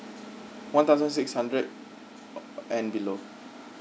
one thousand six hundred uh and below